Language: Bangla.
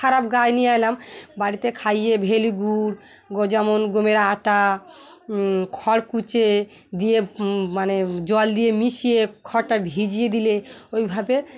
খারাপ গাই নিয়ে এলাম বাড়িতে খাইয়ে ভেলি গুড় যেমন গমের আটা খড় কুচে দিয়ে মানে জল দিয়ে মিশিয়ে খড়টা ভিজিয়ে দিলে ওইভাবে